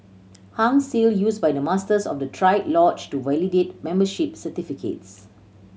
Hung Seal used by Masters of the triad lodge to validate membership certificates